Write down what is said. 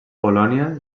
polònia